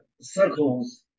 circles